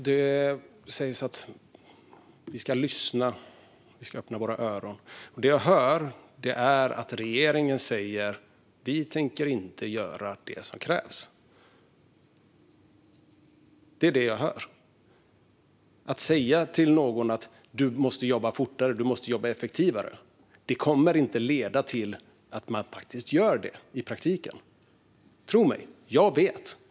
Herr talman! Ministern säger att vi ska lyssna och öppna våra öron. Det jag hör är att regeringen säger: Vi tänker inte göra det som krävs. Att säga till folk att de måste jobba fortare och effektivare kommer inte att leda till att de gör det i praktiken. Tro mig, jag vet!